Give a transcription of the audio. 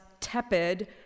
tepid